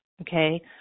Okay